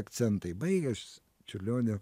akcentai baigęs čiurlionio